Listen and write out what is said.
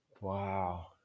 Wow